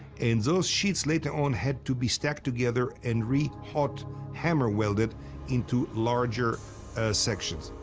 and those sheets later on had to be stacked together and re-hot hammer-welded into larger sections.